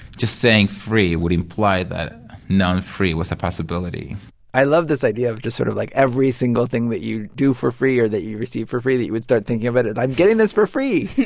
just saying free would imply that non-free was a possibility i love this idea of just sort of like every single thing that you do for free or that you receive for free that you would start thinking of it as, i'm getting this for free,